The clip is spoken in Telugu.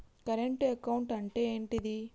కరెంట్ అకౌంట్ అంటే ఏంటిది?